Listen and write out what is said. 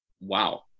wow